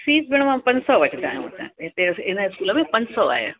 fees घणो आहे पंज सौ वठंदा आहियूं असां हिते इन स्कूल में पंज सौ आहे